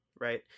right